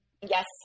Yes